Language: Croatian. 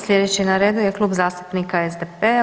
Sljedeći na redu je Klub zastupnika SDP-a.